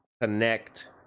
Connect